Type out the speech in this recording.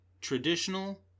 traditional